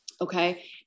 Okay